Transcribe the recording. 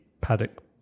paddock